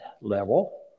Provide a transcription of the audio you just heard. level